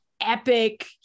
epic